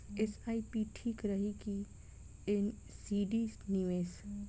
SIP ठीक रही कि एन.सी.डी निवेश?